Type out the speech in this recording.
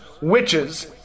witches